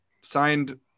signed